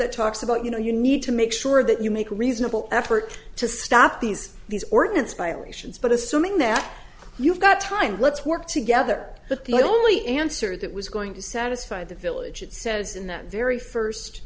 that talks about you know you need to make sure that you make a reasonable effort to stop these these ordinance violations but assuming that you've got time let's work together but the only answer that was going to satisfy the village it says in that very first